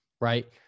right